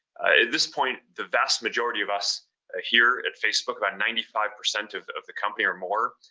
this point, the vast majority of us ah here at facebook, about ninety five percent of of the company or more,